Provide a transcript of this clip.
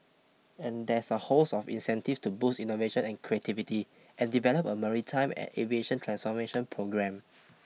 and there's a host of incentives to boost innovation and creativity and develop a maritime and aviation transformation programme